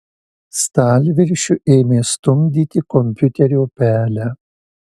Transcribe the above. stalviršiu ėmė stumdyti kompiuterio pelę